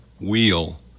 wheel